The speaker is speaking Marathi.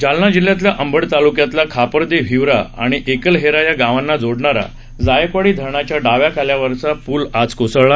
जालना जिल्ह्यातल्या अंबड तालुक्यातल्या खापरदेव हिवरा आणि एकलहेरा या गावांना जोडणारा जायकवाडी धरणाच्या डाव्या कालव्यावरचा पूल आज कोसळला